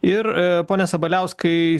ir pone sabaliauskai